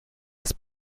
des